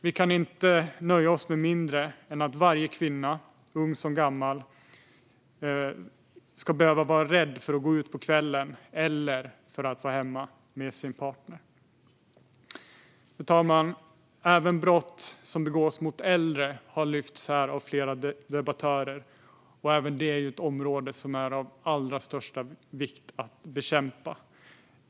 Vi kan inte nöja oss med att varje kvinna, ung som gammal, ska behöva vara rädd för att gå ut på kvällen eller för att vara hemma med sin partner. Fru talman! Brott som begås mot äldre har lyfts fram av flera debattörer här. Även det är en brottslighet som det är av allra största vikt att bekämpa.